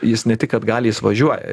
jis ne tik kad gali jis važiuoja